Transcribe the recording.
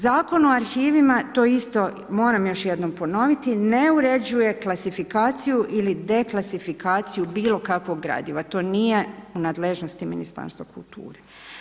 Zakon o arhivima to isto moram još jednom ponoviti, ne uređuje klasifikaciju ili deklasifikaciju bilo kakvog gradiva, to nije u nadležnosti Ministarstva kulture.